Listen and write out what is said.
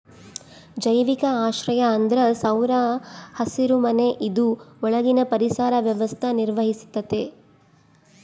ಜೈವಿಕ ಆಶ್ರಯ ಅಂದ್ರ ಸೌರ ಹಸಿರುಮನೆ ಇದು ಒಳಗಿನ ಪರಿಸರ ವ್ಯವಸ್ಥೆ ನಿರ್ವಹಿಸ್ತತೆ